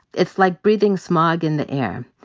it's like breathing smog in the air.